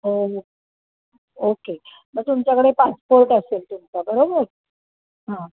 हो ओके मग तुमच्याकडे पासपोर्ट असेल तुमचा बरोबर हां